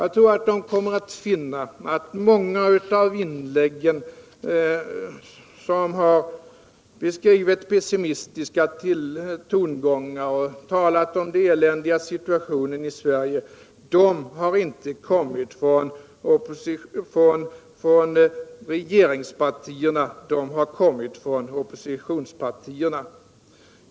Jag tror att de kommer att finna att många av inläggen i pessimistiska tongångar, där man talat om den eländiga situationen i Sverige, kommit från oppositionspartierna och inte från regeringspartierna.